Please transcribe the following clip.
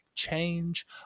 Change